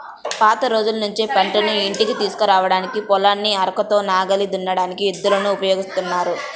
పాత రోజుల్నుంచే పంటను ఇంటికి తీసుకురాడానికి, పొలాన్ని అరకతో నాగలి దున్నడానికి ఎద్దులను ఉపయోగిత్తన్నారు